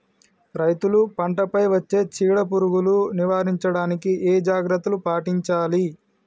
రైతులు పంట పై వచ్చే చీడ పురుగులు నివారించడానికి ఏ జాగ్రత్తలు పాటించాలి?